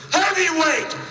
heavyweight